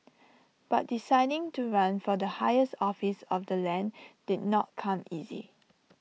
but deciding to run for the highest office of the land did not come easy